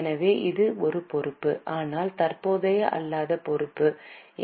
எனவே இது ஒரு பொறுப்பு ஆனால் தற்போதைய அல்லாத பொறுப்பு என்